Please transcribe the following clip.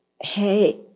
Hey